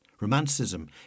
Romanticism